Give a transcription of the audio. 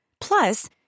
Plus